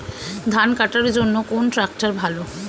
ধান কাটার জন্য কোন ট্রাক্টর ভালো?